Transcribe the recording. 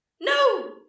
No